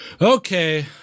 Okay